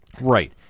Right